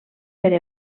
per